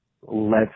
lets